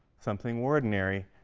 something ordinary,